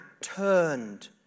turned